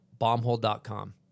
bombhole.com